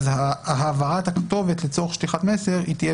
אז העברת הכתובת לצורך שליחת מסר תהיה